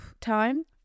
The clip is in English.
time